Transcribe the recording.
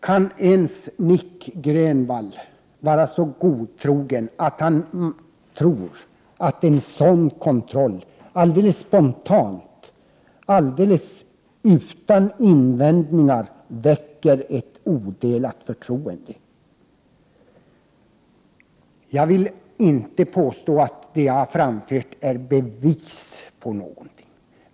Kan Nic Grönvall vara så godtrogen att han tror att en sådan kontroll alldeles spontant, alldeles utan invändningar, väcker ett odelat förtroende? Jag vill inte påstå att det jag har framfört är bevis på något.